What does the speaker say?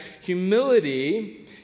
humility